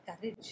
courage